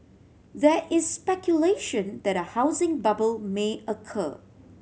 there is speculation that a housing bubble may occur